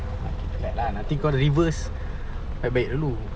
okay rilek lah nanti kau reverse baik baik dulu